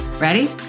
Ready